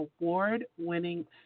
award-winning